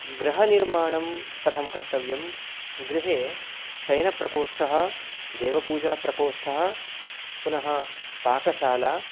गृहनिर्माणं कथं कर्तव्यं गृहे शयनप्रकोष्ठः देवपूजाप्रकोष्ठः पुनः पाकशाला